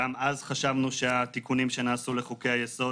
גם אז חשבנו שהתיקונים שנעשו לחוקי היסוד